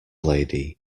lady